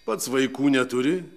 pats vaikų neturi